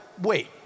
wait